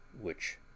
which